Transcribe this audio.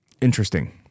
Interesting